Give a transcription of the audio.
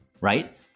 right